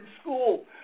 school